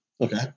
Okay